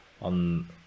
on